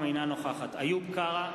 אינה נוכחת איוב קרא,